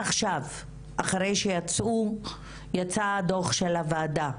עכשיו, אחרי שיצא הדוח של הוועדה,